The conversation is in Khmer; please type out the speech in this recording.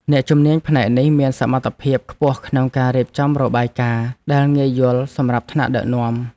អ្នកជំនាញផ្នែកនេះមានសមត្ថភាពខ្ពស់ក្នុងការរៀបចំរបាយការណ៍ដែលងាយយល់សម្រាប់ថ្នាក់ដឹកនាំ។